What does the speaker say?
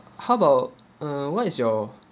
how about uh what is your